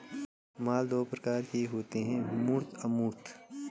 माल दो प्रकार के होते है मूर्त अमूर्त